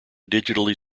digitally